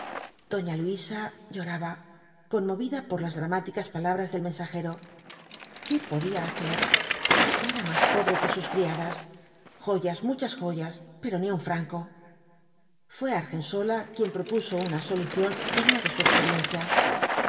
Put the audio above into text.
doña luisa lloraba conmovida por las dramáticas palabras del mensajero qué podía hacer era más pobre que sus criadas joyas muchas joyas pero ni un franco fué aigensola quien propuso una solución digna de su experiencia